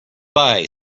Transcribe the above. bye